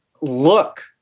look